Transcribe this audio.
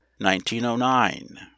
1909